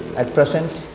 at present,